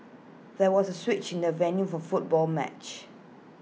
there was A switch in the venue for football match